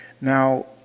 Now